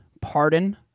pardon